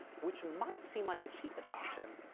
which might seem like the cheapest option,